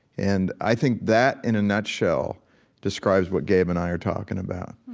and i think that in a nutshell describes what gabe and i are talking about.